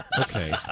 Okay